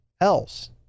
else